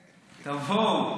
תבואו,